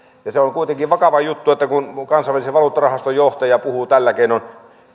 se on kuitenkin vakava juttu kun kansainvälisen valuuttarahaston johtaja puhuu tällä keinoin